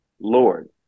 Lord